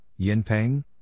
Yinpeng